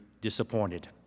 Disappointed